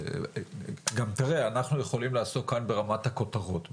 גם תראה, אנחנו יכולים לעסוק כאן ברמת הכותרות.